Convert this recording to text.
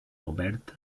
oberta